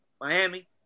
Miami